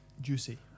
Juicy